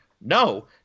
No